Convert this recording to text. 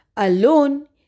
Alone